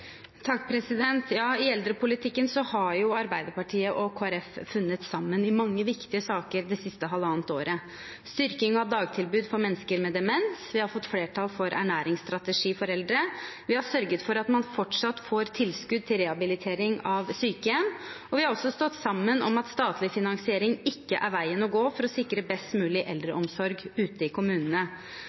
Ja, i eldrepolitikken har jo Arbeiderpartiet og Kristelig Folkeparti funnet sammen i mange viktige saker det siste halvannet året. Vi har fått styrking av dagtilbud for mennesker med demens, vi har fått flertall for ernæringsstrategi for eldre, vi har sørget for at man fortsatt får tilskudd til rehabilitering av sykehjem, og vi har også stått sammen om at statlig finansiering ikke er veien å gå for å sikre best mulig eldreomsorg ute i kommunene.